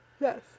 yes